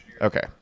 Okay